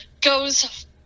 goes